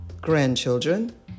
grandchildren